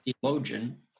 theologian